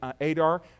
Adar